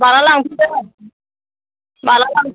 माला लांफैगोन माला लांफैगोन